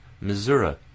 Missouri